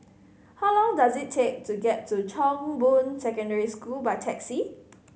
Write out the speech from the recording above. how long does it take to get to Chong Boon Secondary School by taxi